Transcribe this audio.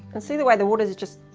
and see the way the water's just,